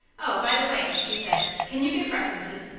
oh, by the way, she said, can you give references?